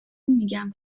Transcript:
میگم